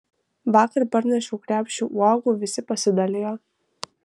vakar parnešiau krepšį uogų visi pasidalijo